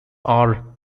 are